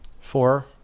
Four